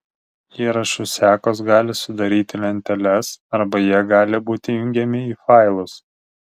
įrašų sekos gali sudaryti lenteles arba jie gali būti jungiami į failus